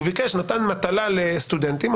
הוא נתן מטלה לסטודנטים.